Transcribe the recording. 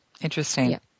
Interesting